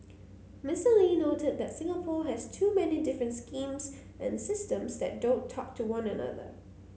Mister Lee noted that Singapore has too many different schemes and systems that don't talk to one another